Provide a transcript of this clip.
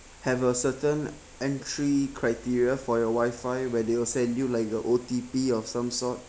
have a certain entry criteria for your wifi where they will send you like a O_T_P or some sort